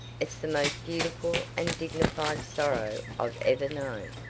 it's the most beautiful and dignified sorrow i've ever known.